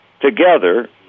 together